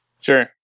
sure